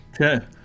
Okay